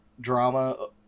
drama